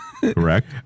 Correct